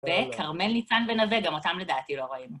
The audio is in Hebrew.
וכרמל, ניצן, ונווה, גם אותם לדעתי לא ראינו.